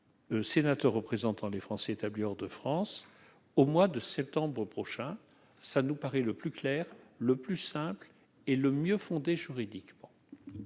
sénateurs représentant les Français établis hors de France au mois de septembre prochain. C'est la solution qui nous paraît la plus claire, la plus simple et la mieux fondée juridiquement.